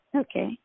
Okay